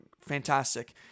fantastic